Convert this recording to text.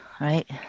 Right